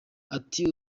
ati